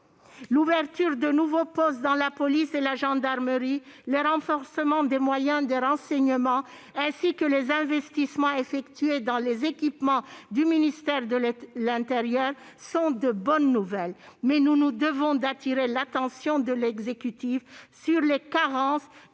L'ouverture de nouveaux postes dans la police et la gendarmerie, les renforcements des moyens des renseignements, ainsi que les investissements dans les équipements du ministère de l'intérieur sont de bonnes nouvelles, mais nous nous devons d'attirer l'attention de l'exécutif sur les carences